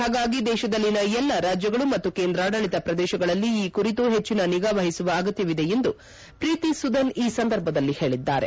ಹಾಗಾಗಿ ದೇಶದಲ್ಲಿನ ಎಲ್ಲಾ ರಾಜ್ಯಗಳು ಮತ್ತು ಕೇಂದ್ರಾಡಳಿತ ಪ್ರದೇಶಗಳಲ್ಲಿ ಈ ಕುರಿತು ಹೆಚ್ವಿನ ನಿಗಾ ವಹಿಸುವ ಅಗತ್ಯವಿದೆ ಎಂದು ಪ್ರೀತಿ ಸುದನ್ ಈ ಸಂದರ್ಭದಲ್ಲಿ ಹೇಳಿದ್ದಾರೆ